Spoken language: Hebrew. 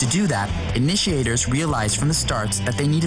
לא אנחנו המצאנו את הפתגם הזה אלא חז"ל.